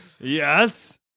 Yes